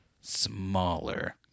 smaller